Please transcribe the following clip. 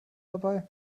dabei